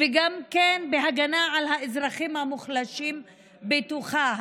וכן בהגנה על האזרחים המוחלשים בתוכה.